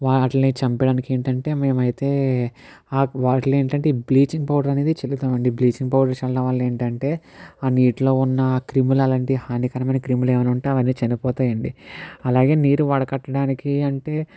వాటిని చంపేయడానికి ఏంటంటే మేము అయితే వాటిని ఏంటంటే బ్లీచింగ్ పౌడర్ అనేది చల్లుతాము అండి బ్లీచింగ్ పౌడర్ చల్లడం వల్ల ఏంటంటే ఆ నీటిలో ఉన్న క్రిములు అలాంటి హానికరమైన క్రిములు ఏమైనా ఉంటే అవి చనిపోతాయా అండి అలాగే నీరు వడకట్టడానికి అంటే